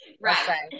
Right